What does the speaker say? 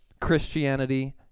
Christianity